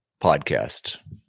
podcast